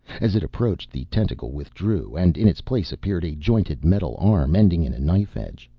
as it approached, the tentacle withdrew, and in its place appeared a jointed metal arm ending in a knife-edge.